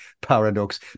paradox